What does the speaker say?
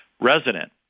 resident